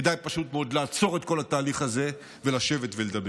כדאי פשוט מאוד לעצור את כל התהליך הזה ולשבת ולדבר.